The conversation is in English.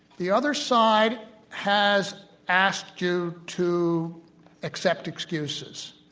the other side has asked you to accept excuses.